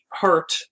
hurt